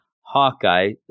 hawkeye